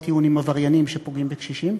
טיעון עם עבריינים שפוגעים בקשישים.